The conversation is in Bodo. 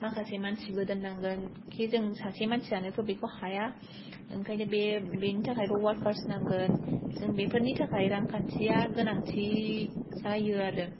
माखासे मानसिबो दोननांगोन किजों सासे मानसियानो थ' बिखौ हाया ओंखायनो बे बेनि थाखायबो वारकारस नांगोन जों बेफोरनि थाखाय रांखान्थिया गोनांथि जायो आरो